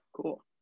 cool